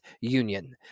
union